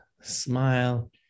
smile